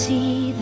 See